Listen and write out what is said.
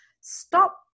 stop